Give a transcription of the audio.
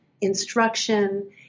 instruction